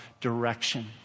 direction